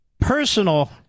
personal